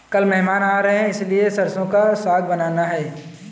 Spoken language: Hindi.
कल मेहमान आ रहे हैं इसलिए सरसों का साग बनाना